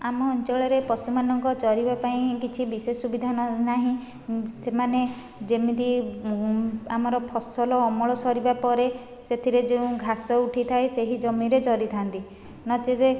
ଆମ ଅଞ୍ଚଳରେ ପଶୁମାନଙ୍କ ଚରିବା ପାଇଁ କିଛି ବିଶେଷ ସୁବିଧା ନାହିଁ ସେମାନେ ଯେମିତି ଆମର ଫସଲ ଅମଳ ସରିବା ପରେ ସେଥିରେ ଯେଉଁ ଘାସ ଉଠିଥାଏ ସେହି ଜମିରେ ଚରିଥାନ୍ତି ନଚେତ